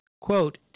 quote